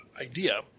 idea